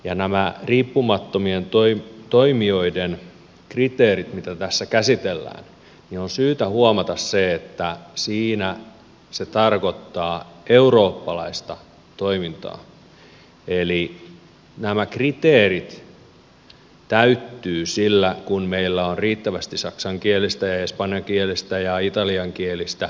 näistä riippumattomien toimijoiden kriteereistä mitä tässä käsitellään on syytä huomata se että ne tarkoittavat eurooppalaista toimintaa eli nämä kriteerit täyttyvät sillä kun meillä on riittävästi saksankielistä ja espanjankielistä ja italiankielistä ohjelmaa